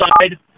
side